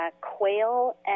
quail